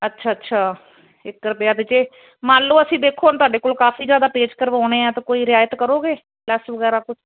ਅੱਛਾ ਅੱਛਾ ਇਕ ਰੁਪਿਆ ਤੇ ਜੇ ਮੰਨ ਲਓ ਅਸੀਂ ਦੇਖੋ ਹੁਣ ਤੁਹਾਡੇ ਕੋਲ ਕਾਫੀ ਜਿਆਦਾ ਪੇਜ ਕਰਵਾਉਣੇ ਆ ਤਾਂ ਕੋਈ ਰਿਆਇਤ ਕਰੋਗੇ ਲੈਸ ਵਗੈਰਾ ਕੁਛ